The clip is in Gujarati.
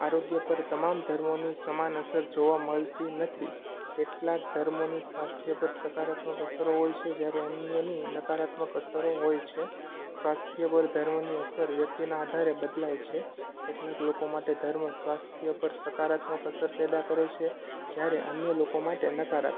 આરોગ્ય પર તમામ ધર્મોની સમાન અસર જોવા મળતી નથી કેટલાક ધર્મોની સ્વાસ્થ્ય પર સકારાત્મક અસરો હોય છે જ્યારે અન્યની નકારાત્મક અસરો હોય છે સ્વાસ્થ્ય પર ધર્મની અસર વ્યક્તિના આધારે બદલાય છે કેટલાંક લોકો માટે ધર્મ સ્વાસ્થ્ય પર સકારાત્મક અસર પેદા કરે છે જ્યારે અન્ય લોકો માટે નકારાત્મક